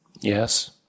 Yes